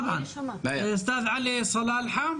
חבר הכנסת עלי סלאלחה.